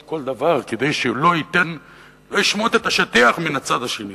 כל דבר כדי שלא ישמוט את השטיח מן הצד השני.